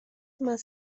más